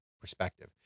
perspective